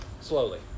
slowly